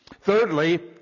Thirdly